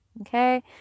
okay